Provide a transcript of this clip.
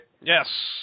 Yes